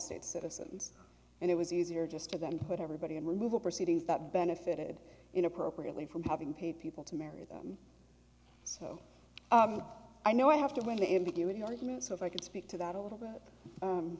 states citizens and it was easier just to then put everybody in removal proceedings that benefited in appropriately from having paid people to marry them so i know i have to weigh the ambiguity arguments so if i could speak to that a little